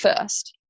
first